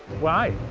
why?